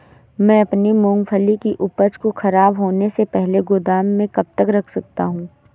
मैं अपनी मूँगफली की उपज को ख़राब होने से पहले गोदाम में कब तक रख सकता हूँ?